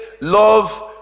love